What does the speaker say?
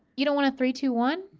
you don't wanna three, two, one?